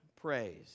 praise